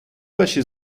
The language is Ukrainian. ваші